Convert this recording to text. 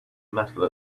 metal